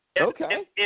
Okay